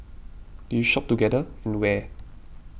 do you shop together and where